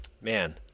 man